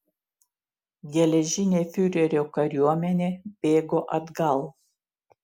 geležinė fiurerio kariuomenė bėgo atgal